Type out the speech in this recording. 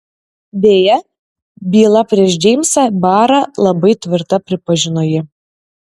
deja byla prieš džeimsą barą labai tvirta pripažino ji